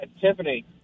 Tiffany